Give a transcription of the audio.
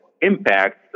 impact